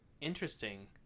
Interesting